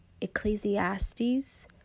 Ecclesiastes